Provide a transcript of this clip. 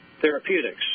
Therapeutics